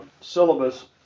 syllabus